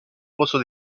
reçoit